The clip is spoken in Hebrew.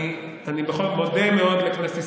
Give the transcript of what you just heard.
אני מודה מאוד לכנסת ישראל,